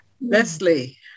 Leslie